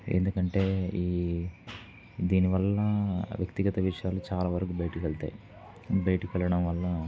ఎందుకంటే ఈ దీని వలన వ్యక్తిగత విషయాలు చాలా వరకు బయటికి వెళ్తాయి బయటికి వెళ్ళడం వల్ల